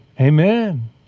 Amen